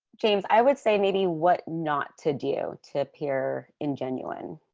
james i would say maybe what not to do tip here in genuine